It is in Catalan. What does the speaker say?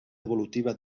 evolutiva